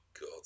God